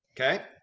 Okay